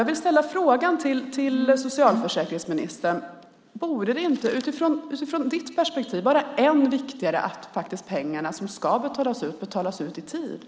Jag vill ställa frågan till socialförsäkringsministern: Borde det inte utifrån ditt perspektiv vara än viktigare att pengarna som ska betalas ut betalas ut i tid?